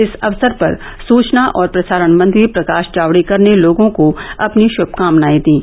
इस अवसर पर सुचना और प्रसारण मंत्री प्रकाश जावड़ेकर ने लोगों को अपनी श्मकामनाएं दीं